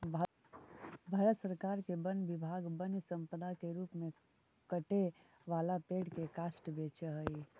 भारत सरकार के वन विभाग वन्यसम्पदा के रूप में कटे वाला पेड़ के काष्ठ बेचऽ हई